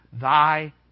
thy